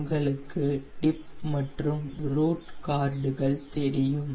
உங்களுக்கு டிப் மற்றும் ரூட் கார்டுகள் தெரியும்